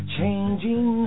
Changing